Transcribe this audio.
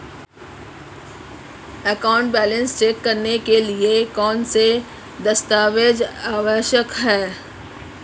Account balance check करने के लिए कौनसे दस्तावेज़ आवश्यक हैं?